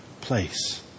place